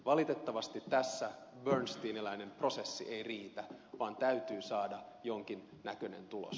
valitettavasti tässä bernsteinilainen prosessi ei riitä vaan täytyy saada jonkin näköinen tulos